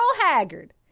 Haggard